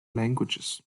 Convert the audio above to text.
languages